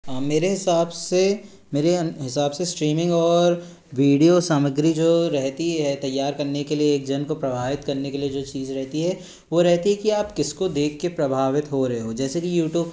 हाँ मेरे हिसाब से मेरे हिसाब से इस्ट्रीमिंग और वीडियो सामग्री जो रहती है तैयार करने के लिए एक जन को प्रभावित करने के लिए जो चीज़ रहती है वो रहती है कि आप किसको देख के प्रभावित हो रहे हो जैसे कि यूटूब